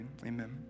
Amen